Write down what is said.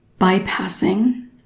bypassing